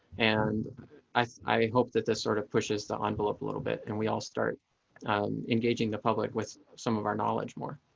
and i hope that this sort of pushes the envelope a little bit and we all start engaging the public with some of our knowledge more.